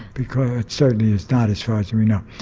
because it certainly is not as far as and we know.